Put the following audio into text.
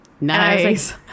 nice